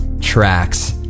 tracks